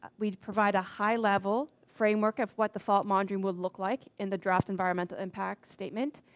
but we'd provide a high level framework of what the fault monitoring will look like in the draft environmental impact statement,